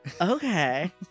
Okay